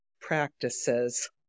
practices